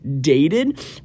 dated